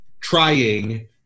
trying